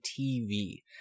TV